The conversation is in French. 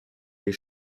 les